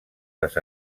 les